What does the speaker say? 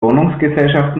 wohnungsgesellschaft